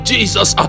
Jesus